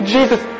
Jesus